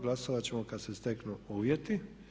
Glasovat ćemo kad se steknu uvjeti.